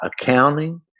accounting